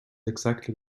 exactly